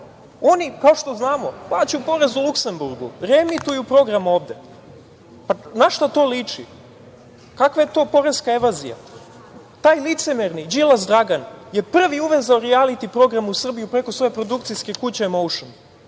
oni, kao što znamo, plaćaju porez u Luksemburgu, reemituju program ovde. Na šta to liči? Kakva je to poreska evazija? Taj licemerni Đilas Dragan je prvi uvezao rijaliti program u Srbiju preko svoje produkcijske kuće „Emotion“,